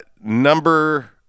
number